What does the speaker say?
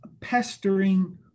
pestering